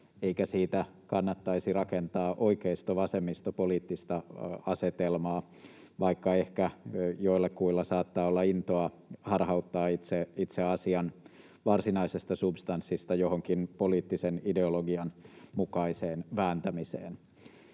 eikä siitä kannattaisi rakentaa oikeisto—vasemmisto-poliittista asetelmaa, vaikka ehkä joillakuilla saattaa olla intoa harhauttaa itse asian varsinaisesta substanssista johonkin poliittisen ideologian mukaiseen vääntämiseen.